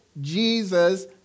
Jesus